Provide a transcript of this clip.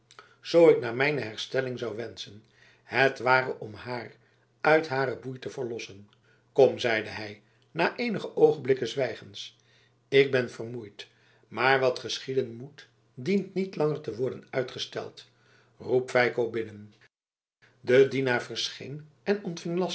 zoo ik naar mijn herstelling zou wenschen het ware om haar uit hare boei te verlossen kom zeide hij na eenige oogenblikken zwijgens ik ben vermoeid maar wat geschieden moet dient niet langer te worden uitgesteld roep feiko binnen de dienaar verscheen en ontving